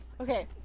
Okay